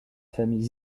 famille